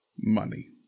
money